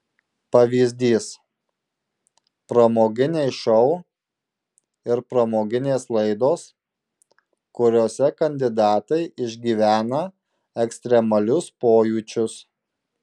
pavyzdys pramoginiai šou ir pramoginės laidos kuriose kandidatai išgyvena ekstremalius pojūčius